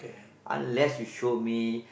unless you show me